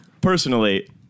Personally